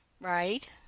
right